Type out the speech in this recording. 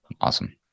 Awesome